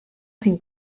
sin